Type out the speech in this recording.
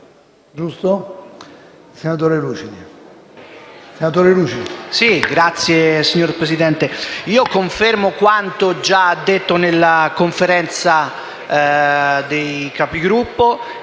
*(M5S)*. Signor Presidente, confermo quanto già detto nella Conferenza dei Capigruppo.